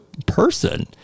person